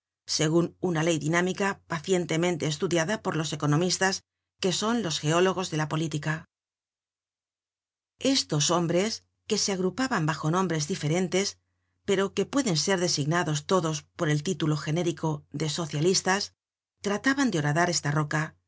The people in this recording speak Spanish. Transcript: segun una ley dinámica pacientemente estudiada por los economistas que son los geólogos de la política estos hombres que se agrupaban bajo nombres diferentes pero que pueden ser designados todos por el título genérico de socialistas trataban de horadar esta roca